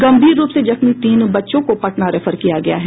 गंभीर रूप से जख्मी तीन बच्चों को पटना रेफर किया गया है